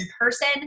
person